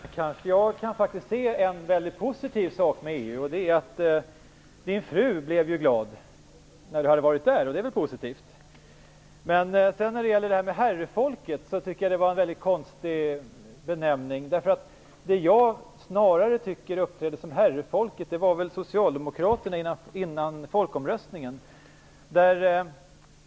Fru talman! Jag kan faktiskt se något mycket positivt med EU, och det är att Axel Anderssons fru blev glad sedan han hade varit där. Men jag tycker att benämningen "herrefolket" var mycket konstig. De som jag tycker snarare uppträdde som herrefolket var socialdemokraterna före folkomröstningen.